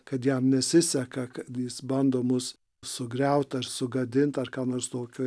kad jam nesiseka kad jis bando mus sugriaut ar sugadint ar ką nors tokio